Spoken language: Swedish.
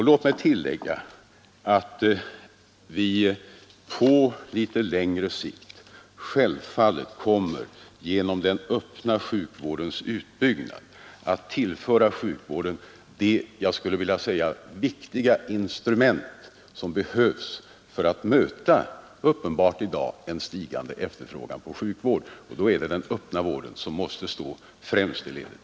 Låt mig tillägga att vi på litet längre sikt självfallet genom den öppna sjukvårdens utbyggnad kommer att tillföra sjukvården ökade möjligheter till insatser som uppenbart behövs för att möta en stigande efterfrågan på sjukvård. Det är den öppna vården som måste ställas i förgrunden.